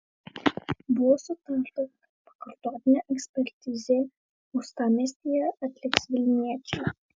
buvo sutarta kad pakartotinę ekspertizę uostamiestyje atliks vilniečiai